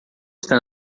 está